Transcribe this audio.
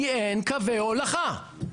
כי אין קווי הולכה.